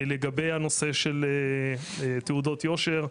לגבי הנושא של תעודות יושר,